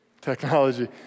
technology